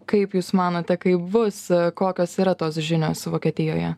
kaip jūs manote kaip bus kokios yra tos žinios vokietijoje